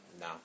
no